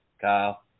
Kyle